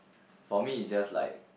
for me it's just like